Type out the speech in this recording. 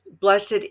blessed